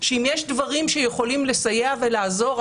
שאם יש דברים שיכולים לסייע ולעזור,